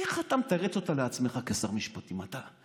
איך אתה מתרץ אותה לך, כשר משפטים, אתה?